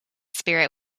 spirit